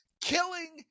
killing